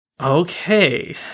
Okay